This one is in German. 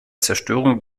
zerstörung